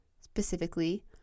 Specifically